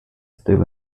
still